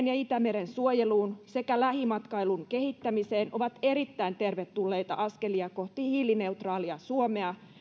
ja itämeren suojeluun sekä lähimatkailun kehittämiseen ovat erittäin tervetulleita askelia kohti hiilineutraalia suomea